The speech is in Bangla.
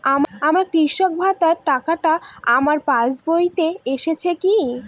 আমার কৃষক ভাতার টাকাটা আমার পাসবইতে এসেছে কি?